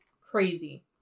crazy